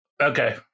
Okay